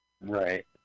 right